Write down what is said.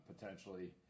potentially